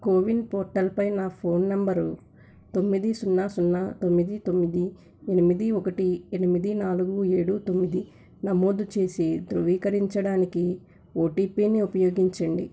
CoWIN పోర్టల్పై నా ఫోన్ నంబరు తొమ్మిది సున్న సున్న తొమ్మిది తొమ్మిది ఎనిమిది ఒకటి ఎనిమిది నాలుగు ఏడు తొమ్మిది నమోదు చేసి ధృవీకరరించడానికి ఓటిపిని ఉపయోగించండి